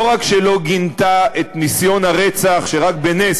לא רק שלא גינתה את ניסיון הרצח שרק בנס